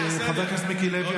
חבר הכנסת מיקי לוי,